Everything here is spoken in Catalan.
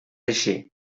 així